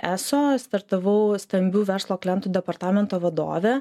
eso startavau stambių verslo klientų departamento vadove